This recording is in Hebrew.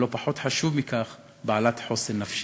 ולא פחות חשוב מכך, בעלת חוסן נפשי.